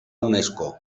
unesco